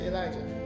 Elijah